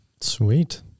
Sweet